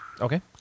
Okay